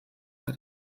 bei